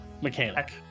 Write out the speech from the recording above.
Mechanic